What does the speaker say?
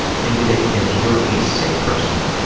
think of it as you're a sick person